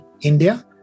India